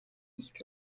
nicht